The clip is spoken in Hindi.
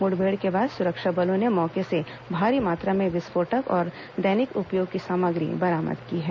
मुठभेड़ के बाद सुरक्षा बलों ने मौके से भारी मात्रा में विस्फोटक और दैनिक उपयोग की सामग्री बरामद की है